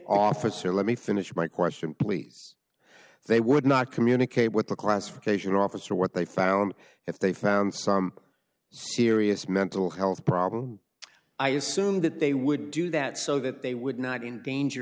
officer let me finish my question please they would not communicate with the classification officer what they found if they found some serious mental health problem i assumed that they would do that so that they would not in danger